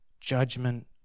judgment